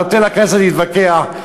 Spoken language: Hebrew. נותן לכנסת להתווכח,